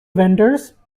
vendors